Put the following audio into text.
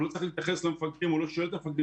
הוא לא צריך להתייחס למפקדים והוא לא שואל את המפקדים,